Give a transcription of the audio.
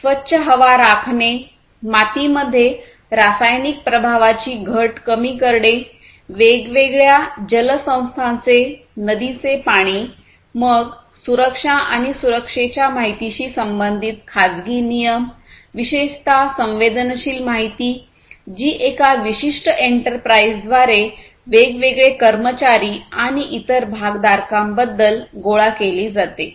स्वच्छ हवा राखणे मातीमध्ये रासायनिक प्रभावाची घट कमी करणे वेगवेगळ्या जल संस्थांचे नदीचे पाणी मग सुरक्षा आणि सुरक्षेच्या माहितीशी संबंधित खाजगी नियम विशेषत संवेदनशील माहिती जी एका विशिष्ट एंटरप्राइझद्वारे वेगवेगळे कर्मचारी आणि इतर भागधारकांबद्दल गोळा केली जाते